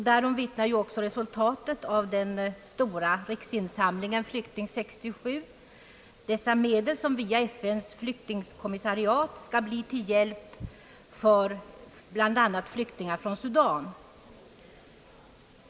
Därom vittnar också resultatet av den stora riksinsamlingen »Flykting 67», vilka medel via FN:s flyktingsekretariat skall gå till hjälp för bl.a. flyktingar från Sudan.